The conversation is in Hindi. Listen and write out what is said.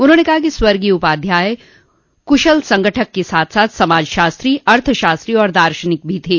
उन्होंने कहा कि स्वर्गीय उपाध्याय कुशल संगठक के साथ साथ समाजशास्त्री अर्थशास्त्री और दार्शनिक भी थे